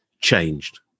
changed